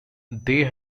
they